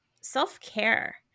self-care